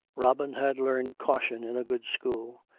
robin had learned caution in a good school,